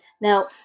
Now